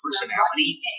personality